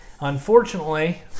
Unfortunately